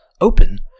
open